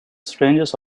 strangest